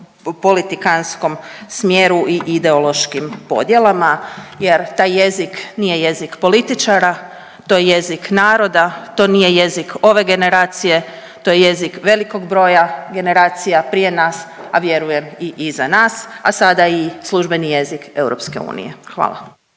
politikantskom smjeru i ideološkim podjelama jer taj jezik nije jezik političara, to je jezik naroda, to nije jezik ove generacije, to je jezik velikog broja generacija prije nas, a vjerujem i iza nas, a sada i službeni jezik EU. Hvala.